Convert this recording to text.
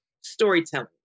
storytelling